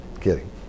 kidding